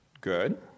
Good